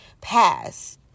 pass